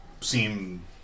seem